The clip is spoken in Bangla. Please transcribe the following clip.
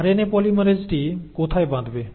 আরএনএ পলিমেরেজটি কোথায় বাঁধবে